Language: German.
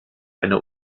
eine